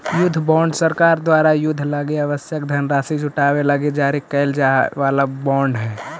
युद्ध बॉन्ड सरकार द्वारा युद्ध लगी आवश्यक धनराशि जुटावे लगी जारी कैल जाए वाला बॉन्ड हइ